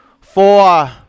four